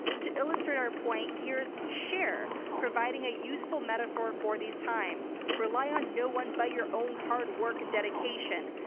to illustrate our point, here's cher providing a useful metaphor for these times. rely on no one but your own hard work and dedication.